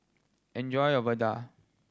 enjoy your vadai